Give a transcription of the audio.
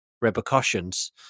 repercussions